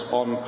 on